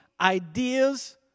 ideas